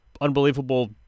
unbelievable